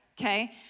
okay